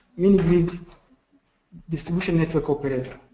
mini grid distribution network operator.